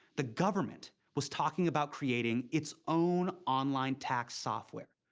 the government was talking about creating its own online tax software.